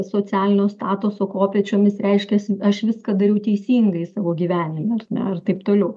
socialinio statuso kopėčiomis reiškias aš viską dariau teisingai savo gyvenime ir taip toliau